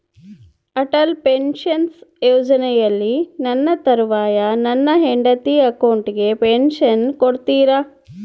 Atal pension ಯೋಜನೆಯಲ್ಲಿ ನನ್ನ ತರುವಾಯ ನನ್ನ ಹೆಂಡತಿ ಅಕೌಂಟಿಗೆ ಪೆನ್ಶನ್ ಕೊಡ್ತೇರಾ?